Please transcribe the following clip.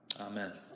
Amen